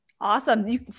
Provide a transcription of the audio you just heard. Awesome